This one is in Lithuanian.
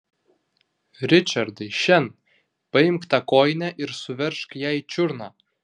ričardai šen paimk tą kojinę ir suveržk jai čiurną